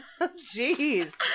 Jeez